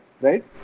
right